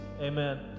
amen